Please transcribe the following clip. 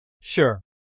Sure